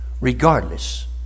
regardless